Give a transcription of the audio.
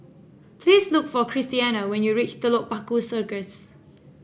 please look for Christiana when you reach Telok Paku Circus